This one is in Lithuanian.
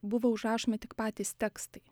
buvo užrašomi tik patys tekstai